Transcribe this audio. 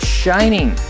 shining